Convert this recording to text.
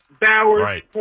Bowers